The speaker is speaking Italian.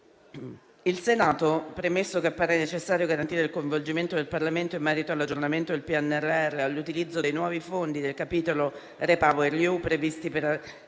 «Il Senato, premesso che appare necessario garantire il coinvolgimento del Parlamento in merito all'aggiornamento del PNRR e all'utilizzo dei nuovi fondi del capitolo Repower EU, previsti per